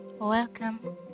Welcome